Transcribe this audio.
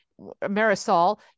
Marisol